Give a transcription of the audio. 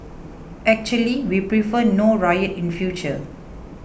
actually we prefer no riot in future